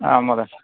आं महोदय